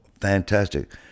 fantastic